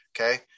Okay